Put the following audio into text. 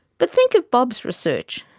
but think of bob's research.